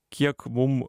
kiek mum